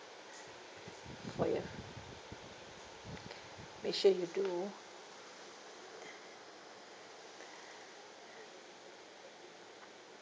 for your make sure you do